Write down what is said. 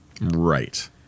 Right